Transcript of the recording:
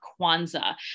Kwanzaa